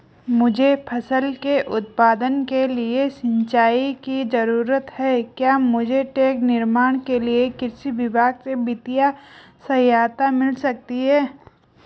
मुझे फसल के उत्पादन के लिए सिंचाई की जरूरत है क्या मुझे टैंक निर्माण के लिए कृषि विभाग से वित्तीय सहायता मिल सकती है?